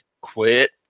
quit